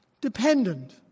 dependent